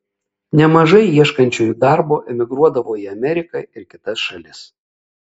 nemažai ieškančiųjų darbo emigruodavo į ameriką ir kitas šalis